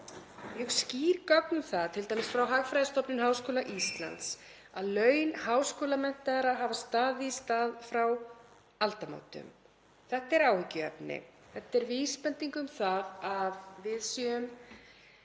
mjög skýr gögn um það, t.d. frá Hagfræðistofnun Háskóla Íslands, að laun háskólamenntaðra hafa staðið í stað frá aldamótum. Þetta er áhyggjuefni. Þetta er vísbending um að við séum